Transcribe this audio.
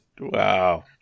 wow